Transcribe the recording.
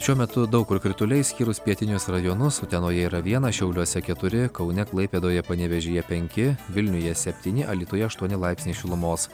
šiuo metu daug kur krituliai išskyrus pietinius rajonus utenoje yra vienas šiauliuose keturi kaune klaipėdoje panevėžyje penki vilniuje septyni alytuje aštuoni laipsniai šilumos